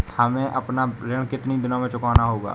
हमें अपना ऋण कितनी दिनों में चुकाना होगा?